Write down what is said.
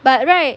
but right